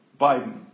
Biden